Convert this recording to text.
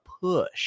Push